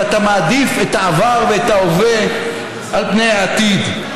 ואתה מעדיף את העבר ואת ההווה על פני העתיד.